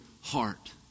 heart